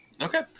Okay